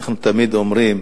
אנחנו תמיד אומרים